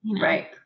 right